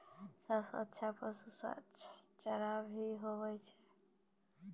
सबसे अच्छा पसु चारा की होय छै?